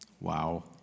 Wow